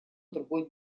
другой